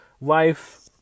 life